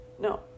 No